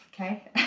okay